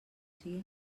sigui